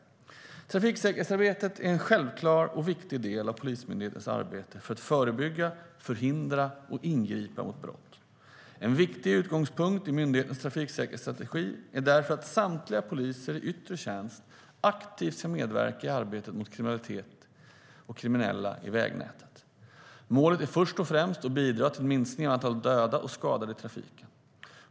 Trafiksäkerhetsarbetet är en självklar och viktig del av Polismyndighetens arbete för att förebygga, förhindra och ingripa mot brott. En viktig utgångspunkt i myndighetens trafiksäkerhetsstrategi är därför att samtliga poliser i yttre tjänst aktivt ska medverka i arbetet mot kriminalitet och kriminella i vägnätet. Målet är först och främst att bidra till en minskning av antalet döda och skadade i trafiken.